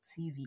TV